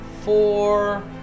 Four